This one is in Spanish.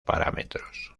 parámetros